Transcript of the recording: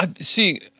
see